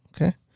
Okay